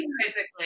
physically